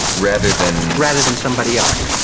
rather than rather than somebody else,